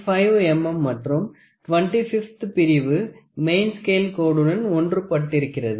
5 mm மற்றும் 25 ஆவது பிரிவு மெயின் ஸ்கேல் கோட்டுடன் ஒன்று பட்டிருக்கிறது